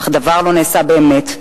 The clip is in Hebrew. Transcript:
אך דבר לא נעשה באמת.